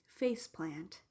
faceplant